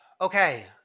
Okay